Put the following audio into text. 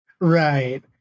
Right